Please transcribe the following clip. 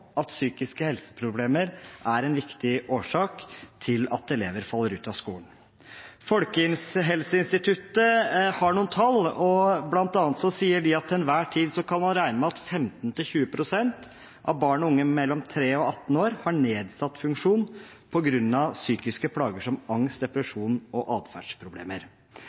at psykiske helseproblemer er en viktig årsak til at elever faller ut av skolen. Folkehelseinstituttet har noen tall, og bl.a. sier de at til enhver tid kan man regne med at 15–20 pst. av barn og unge mellom 3 og 18 år har nedsatt funksjon på grunn av psykiske plager som angst, depresjon og atferdsproblemer.